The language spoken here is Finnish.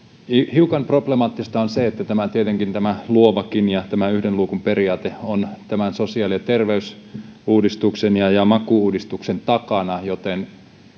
hiukan problemaattista on se että tietenkin luovakin ja tämä yhden luukun periaate on sosiaali ja terveysuudistuksen ja ja maku uudistuksen takana joten